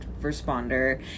responder